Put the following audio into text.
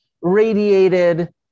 radiated